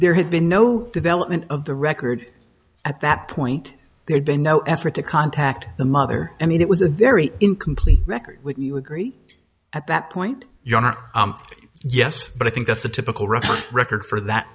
there had been no development of the record at that point there'd been no effort to contact the mother i mean it was a very incomplete record wouldn't you agree at that point you're not yes but i think that's the typical record record for that